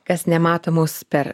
kas nemato mus per